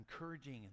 encouraging